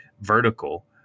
vertical